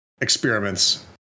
experiments